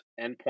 endpoint